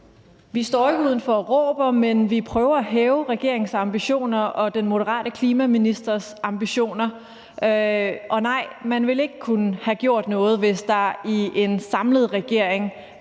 Vi står ikke udenfor og råber, men vi prøver at hæve regeringens ambitioner og den moderate klimaministers ambitioner. Og nej, man ville ikke kunne have gjort noget, hvis der i en samlet regering